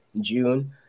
June